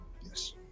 Yes